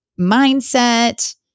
mindset